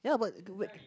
ya but